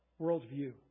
worldview